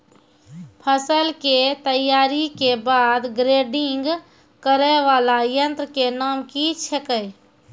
फसल के तैयारी के बाद ग्रेडिंग करै वाला यंत्र के नाम की छेकै?